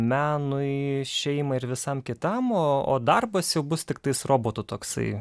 menui šeimai ir visam kitam o darbas jau bus tiktai robotų toksai